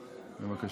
בבקשה,